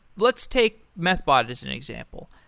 let's take methbot as an example.